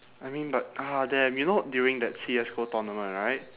I mean but ah damn you know during that CSGO tournament right